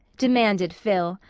demanded phil.